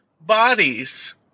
bodies